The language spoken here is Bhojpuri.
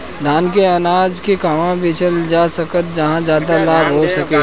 धान के अनाज के कहवा बेचल जा सकता जहाँ ज्यादा लाभ हो सके?